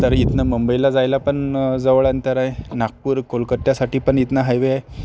तर इथनं मुंबईला जायला पण जवळ अंतर आहे नागपूर कोलकात्यासाठी पण इथनं हायवे आहे